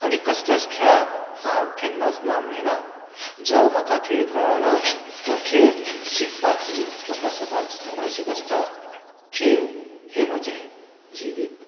आनी कसल्याच खेळाक हांव केन्नाच ना म्हणिना जो म्हाका खेळ कळना तो म्हाका शिकपाची म्हाका सदांच उमळशीक आसता खेळ हे म्हजे जिवीत